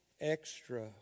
extra